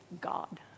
God